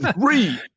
Three